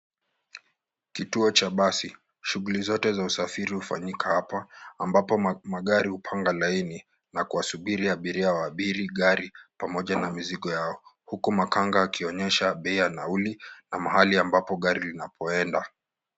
Kituo cha basi. Shuguli zote za usafiri hufanyika hapa ambapo magari hupanga laini na kuwasubiri abiria waabiri gari pamoja na mizigo yao huku makanga akionyesha bei ya nauli na mahali ambapo gari linapoenda.